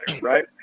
Right